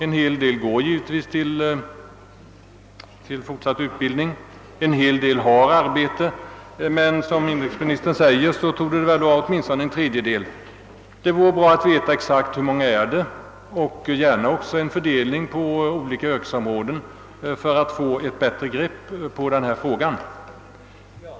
En hel del av dem går givetvis till fortsatt utbildning och en hel del har arbete. Såsom inrikesministern framhåller torde det vara fråga om en tredjedel av ungdomarna. Det vore dock bra att få veta exakt hur många det rör sig om och gärna också att få reda på fördelningen på olika yrkesområden, så att man kan få ett bättre grepp på frågan.